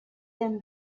them